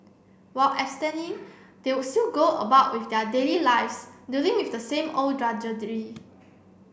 while abstaining they would still go about with their daily lives dealing with the same old drudgery